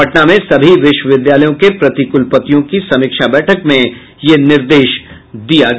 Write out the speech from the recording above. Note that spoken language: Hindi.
पटना में सभी विश्वविद्यालयों के प्रतिकुलपतियों की समीक्षा बैठक में यह निर्देश दिया गया